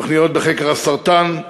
תוכניות בחקר הסרטן.